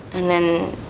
and then